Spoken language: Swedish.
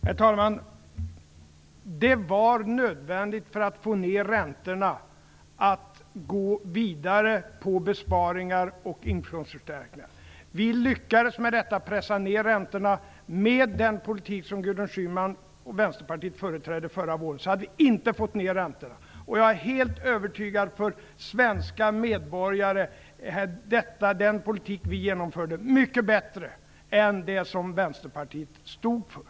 Herr talman! Det var nödvändigt för att få ned räntorna att gå vidare med besparingar och inkomstförstärkningar. Vi lyckades att med detta pressa ned räntorna. Med den politik som Gudrun Schyman och Vänsterpartiet företrädde förra våren hade vi inte fått ned räntorna. Jag är helt övertygad om att den politik som vi genomförde var mycket bättre för de svenska medborgarna än den som Vänsterpartiet stod för.